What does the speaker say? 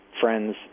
friends